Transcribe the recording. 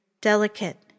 delicate